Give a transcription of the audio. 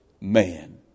man